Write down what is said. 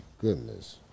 goodness